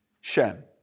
Shem